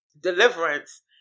Deliverance